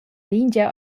lingia